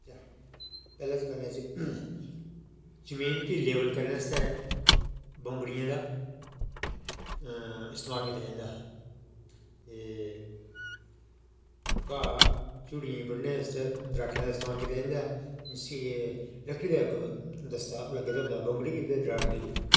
पैह्लें जमानै च जमीन गी लेवल करने आस्तै बौंगड़ियै दा इस्तेमाल कीता जंदा हा ते घाऽ झुड़ियें गी बड्ढनै आस्तै दराटियें दा इस्तेमाल कीता जंदा हा जिस्सी लकड़ी दा इक दस्तार लग्गे दा होंदा बौंगड़ी गी बी दराट गी बी